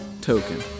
token